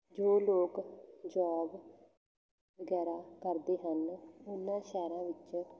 ਜੋ ਲੋਕ ਜੋਬ ਵਗੈਰਾ ਕਰਦੇ ਹਨ ਉਹਨਾਂ ਸ਼ਹਿਰਾਂ ਵਿੱਚ